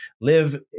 Live